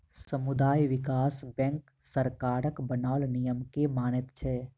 सामुदायिक विकास बैंक सरकारक बनाओल नियम के मानैत छै